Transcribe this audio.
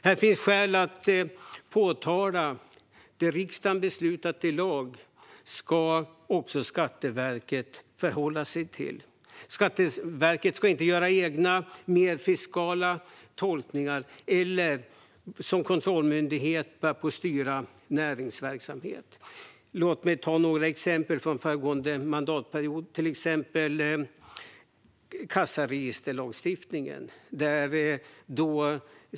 Här finns det skäl att påpeka att Skatteverket ska förhålla sig till det som riksdagen har beslutat i lag. Skatteverket ska inte göra egna, mer fiskala tolkningar eller som kontrollmyndighet börja styra näringsverksamhet. Låt mig ta några exempel från föregående mandatperiod. Ett sådant är kassaregisterlagstiftningen.